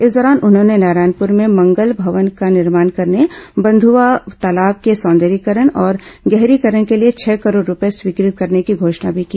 इस दौरान उन्होंने नारायणपुर में मंगल भवन का निर्माण करने बंध्रवा तालाब के सौंदर्यीकरण और गहरीकरण के लिए छह करोड़ रूपये स्वीकृत करने की घोषणा भी की